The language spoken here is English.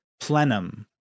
plenum